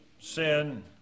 sin